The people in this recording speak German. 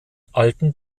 alten